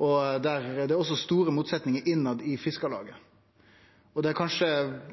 og det er også store motsetnader internt i Fiskarlaget. Det har kanskje aldri vore så store motsetnader som det vi ser i dag. Men det som er